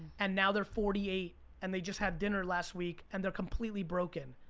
and now they're forty eight and they just had dinner last week, and they're completely broken.